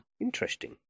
Interesting